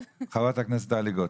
חברת הכנסת טלי גוטליב.